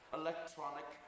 electronic